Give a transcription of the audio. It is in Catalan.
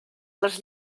les